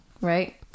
Right